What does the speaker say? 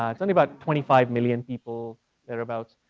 um it's only about twenty five million people thereabouts.